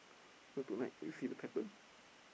so tonight we see the pattern